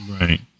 right